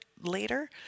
later